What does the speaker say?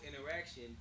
interaction